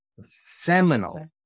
seminal